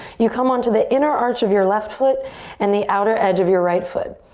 you come on to the inner arch of your left foot and the outer edge of your right foot.